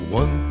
one